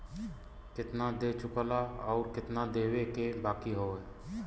केतना दे चुकला आउर केतना देवे के बाकी हौ